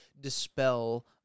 dispel